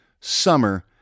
summer